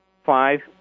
five